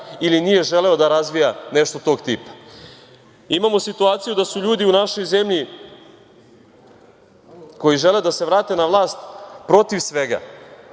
ili nije želeo da razvija nešto tog tipa. Imamo situaciju da su ljudi u našoj zemlji koji žele da se vrate na vlast protiv svega.